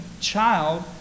child